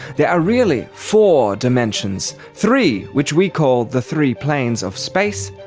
there are really four dimensions, three which we call the three planes of space,